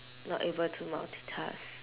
not able to multitask